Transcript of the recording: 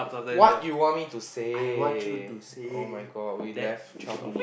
what you want me to say [oh]-my-god we left twelve minutes